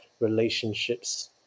relationships